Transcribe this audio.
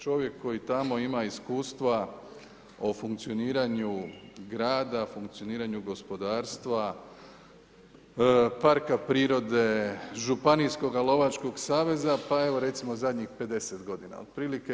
Čovjek koji tamo ima iskustva o funkcioniranju grada, funkcioniranju gospodarstva, parka prirode, županijskoga lovačkoga saveza, pa evo recimo zadnjih 50 godina otprilike.